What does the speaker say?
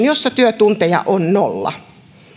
jossa työtunteja on nolla